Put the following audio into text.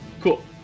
cool